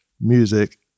music